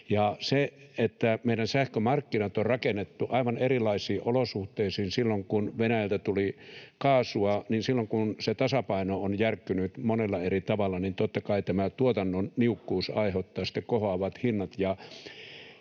hintaa. Meidän sähkömarkkinat on rakennettu aivan erilaisiin olosuhteisiin silloin, kun Venäjältä tuli kaasua, ja silloin kun se tasapaino on järkkynyt monella eri tavalla, niin totta kai tämä tuotannon niukkuus aiheuttaa kohoavat hinnat.